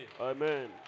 Amen